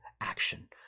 action